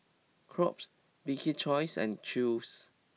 Crocs Bibik's Choice and Chew's